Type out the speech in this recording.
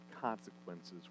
consequences